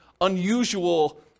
unusual